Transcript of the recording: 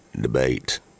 debate